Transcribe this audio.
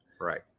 right